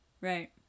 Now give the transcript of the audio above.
right